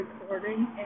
recording